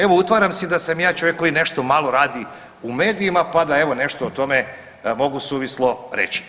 Evo udvaram si da sam ja čovjek koji nešto malo radi u medijima pa da evo nešto o tome mogu suvislo reći.